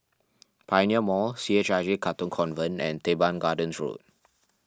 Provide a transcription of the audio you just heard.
Pioneer Mall C H I J Katong Convent and Teban Gardens Road